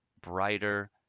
brighter